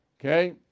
okay